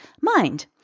mind